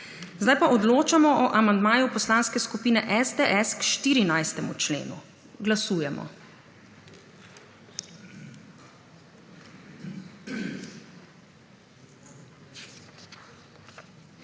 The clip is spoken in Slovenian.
Sedaj odločamo o amandmaju Poslanske skupine SDS k 20. členu. Glasujemo.